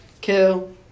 kill